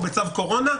או בצו קורונה,